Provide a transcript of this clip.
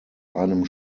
einem